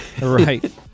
right